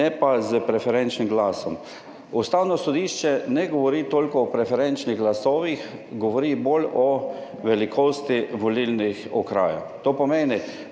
ne pa s preferenčnim glasom. Ustavno sodišče ne govori toliko o preferenčnih glasovih, govori bolj o velikosti volilnih okrajev to pomeni,